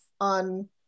on